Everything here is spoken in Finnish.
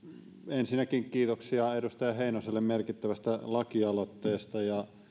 ensinnäkin kiitoksia edustaja heinoselle merkittävästä lakialoitteesta ja